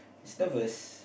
is nervous